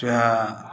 चाहे